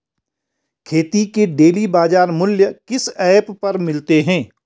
खेती के डेली बाज़ार मूल्य किस ऐप पर मिलते हैं?